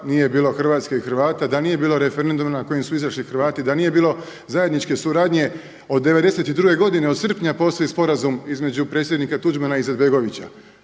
da nije bilo Hrvatske i Hrvata, da nije bilo referenduma na koji su izašli Hrvati, da nije bilo zajedničke suradnje od '92. godine od srpnja postoji sporazum između predsjednika Tuđmana i Izetbegovića